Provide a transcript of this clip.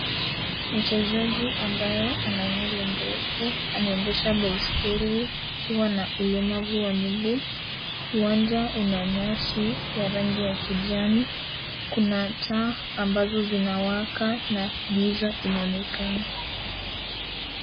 Mchezaji ambaye ana nywele ndefu anaendesha baiskeli, akiwa na ulemavu wa miguu. Uwanja una nyasi ya rangi ya kijani, kuna taa ambazo zinawaka na giza inaonekana.